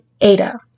Ada